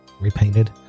repainted